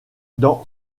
dans